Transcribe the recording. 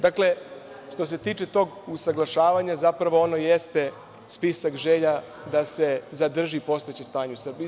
Dakle, što se tiče tog usaglašavanja, zapravo ono jeste spisak želja da se zadrži postojeće stanje u Srbiji.